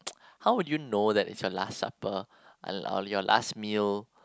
how would you know that it's your last supper unl~ or your last meal